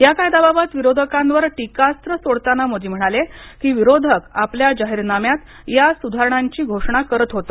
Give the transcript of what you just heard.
या कायद्याबाबत विरोधकांवर टीकास्त्र सोडताना मोदी म्हणाले की विरोधक आपल्या जाहीरनाम्यात या सुधारणांची घोषणा करत होते